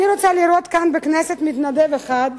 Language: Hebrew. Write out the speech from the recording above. אני רוצה לראות כאן בכנסת מתנדב אחד,